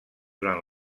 durant